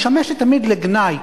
משמשת תמיד לגנאי,